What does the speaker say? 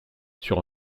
sur